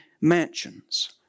mansions